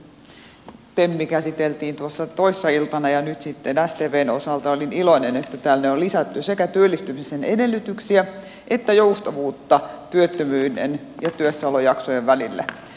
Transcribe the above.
tem käsiteltiin tuossa toissa iltana ja nyt sitten stvn osalta olin iloinen että tänne on lisätty sekä työllistymisen edellytyksiä että joustavuutta työttömyyden ja työssäolojaksojen välille